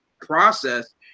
process